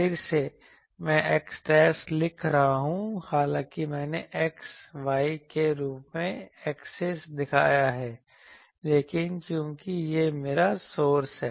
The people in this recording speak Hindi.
फिर से मैं x' लिख रहा हूं हालांकि मैंने x y के रूप में एक्सिस दिखाया है लेकिन चूंकि यह मेरा सोर्स है